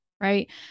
right